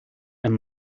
and